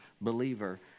believer